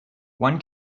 one